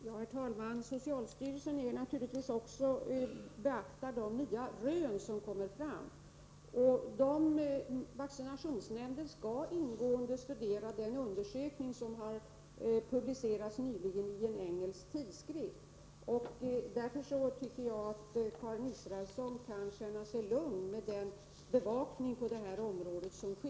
Herr talman! Socialstyrelsen beaktar naturligtvis också de nya rön som kommer. Vaccinationsnämnden skall ingående studera den undersökning som nyligen publicerades i en engelsk tidskrift. Därför tycker jag att Karin Israelsson kan känna sig lugn med den bevakning som sker på detta område.